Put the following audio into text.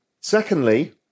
Secondly